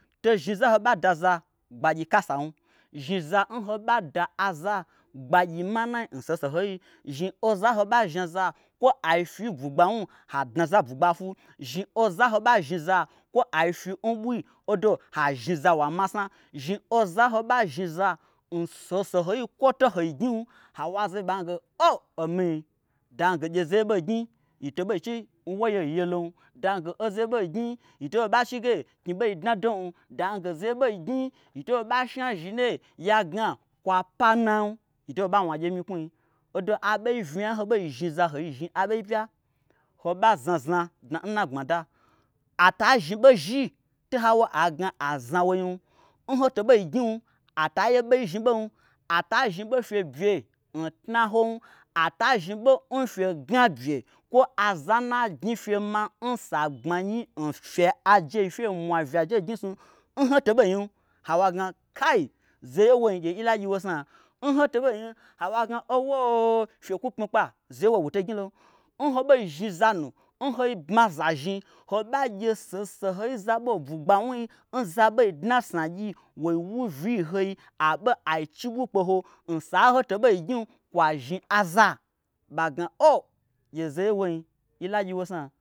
To zhni za n hoɓa daza gbagyi kasam zhniza nho ɓa daza gbagyi manai n sohosohoi zhni oza n ho ɓai zhni aza kwo ai fyi n bwugbawnu ha dnaza bwugba fwu. zhni oza n woɓa zhni aza kwo ai fyi n ɓui ha zhni za wa masna zhni oza n hoɓa zhniza n sohosohoi kwoto hoi gnyim ha wo aza ɓai gna omi da gna zeye ɓei gnyi yito ɓei ɓa chige knyi ɓei dnadom dagna zeye ɓei gnyi yito ɓei ɓa shna zhi naye ya gna kwapa nnam yito ɓei ɓa wnagye n myiknuim. Odo aɓei vnya n hoɓei zhni za hoizhni aɓei pya hoɓa znazna dna nna gbmada ata zhni ɓo n zhi to hawo agna azna wo yim n hoto ɓei gnyim ata ye ɓei zhni ɓom ata zhni ɓo n fye bye ntna hom ata zhni ɓo n fye gna bye kwo aza nna gnyifye ma nsa gbmanyi n fye ajei fyei mwa vyaje n gnyisnu hoto ɓei nyim hawo aigna kai zeye n woin gye alagyiwosna n hoto bei nyim hawo ai gna ouwo-o-o fye kwu pmikpa zeye nwonyi woto gnyilom. N ho ɓei zhni zanu nhoi bma za zhni hoɓa gye sahosahoi zaɓo n bwugba wnui n za ɓei dna n snagyi woi wuvyii n hoi aiɓe ai chi ɓui kpe ho nsa n hoto ɓei gnyim kwazhni aza ɓa gna o gye zeye nwoin yila gyiwosna.